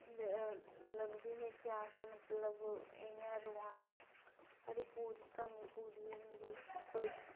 लगदी नेईं ऐ कि अस मतलब इ'यां रौऐ ने साढ़ी पूरी कमी पूरी होई जंदी कोई